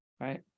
Right